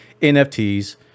NFTs